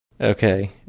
Okay